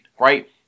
right